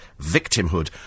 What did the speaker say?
Victimhood